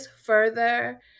further